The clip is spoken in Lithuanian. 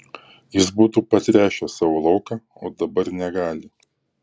jis būtų patręšęs savo lauką o dabar negali